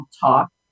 talk